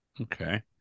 Okay